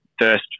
first